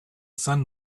sun